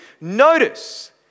Notice